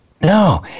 no